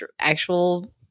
actual